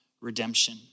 redemption